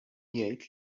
jgħid